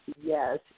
Yes